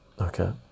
Okay